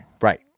Right